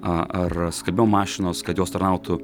a ar skalbimo mašinos kad jos tarnautų